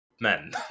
men